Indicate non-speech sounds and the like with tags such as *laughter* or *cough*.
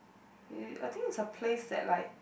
*noise* I think it's a place that like